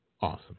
Awesome